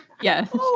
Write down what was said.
Yes